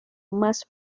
más